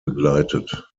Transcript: begleitet